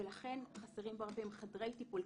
ולכן חסרים בו הרבה פעמים חדרי טיפול.